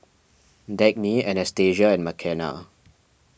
Dagny Anastasia and Makenna